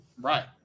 right